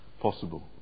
possible